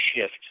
shift